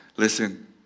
Listen